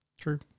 True